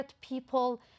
people